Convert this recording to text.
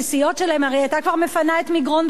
הרי היא היתה כבר מפנה את מגרון ב-31 במרס,